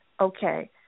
okay